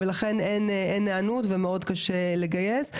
ולכן אין היענות ומאוד קשה לגייס.